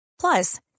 Plus